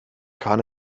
kann